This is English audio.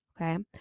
Okay